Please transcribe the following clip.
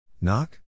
Knock